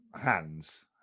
hands